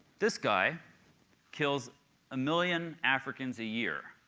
this guy kills a million africans a year.